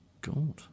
God